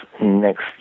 next